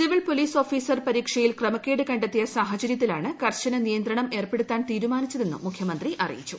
civil police officer പരീക്ഷയിൽ ക്രമക്കേട് കണ്ടെത്തിയ സാഹചര്യത്തിലാണ് കർശന നിയന്ത്രണം ഏർപ്പെടുത്താൻ തീരുമാനിച്ചതെന്നും മുഖ്യമന്ത്രി അറിയിച്ചു